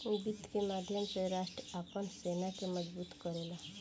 वित्त के माध्यम से राष्ट्र आपन सेना के मजबूत करेला